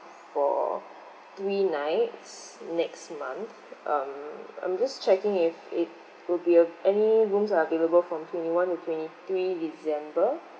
for three nights next month um I'm just checking if it will be uh any rooms are available from twenty one to twenty three december